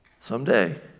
someday